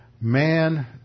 Man